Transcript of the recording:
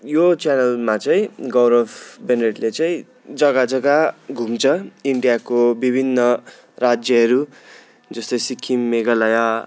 यो च्यानलमा चाहिँ गौरव बेनरेडले चाहिँ जग्गा जग्गा घुम्छ इन्डियाको विभिन्न राज्यहेरू जस्तै सिक्किम मेघालय